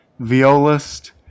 violist